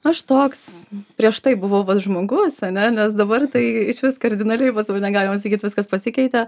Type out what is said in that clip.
aš toks prieš tai buvau vat žmogus ane nes dabar tai išvis kardinaliai pas mane galima sakyt viskas pasikeitė